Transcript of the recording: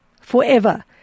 Forever